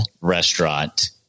restaurant